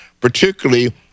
particularly